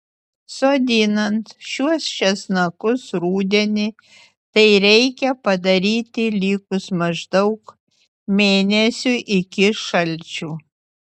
sodinant šiuos česnakus rudenį tai reikia padaryti likus maždaug mėnesiui iki šalčių